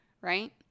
right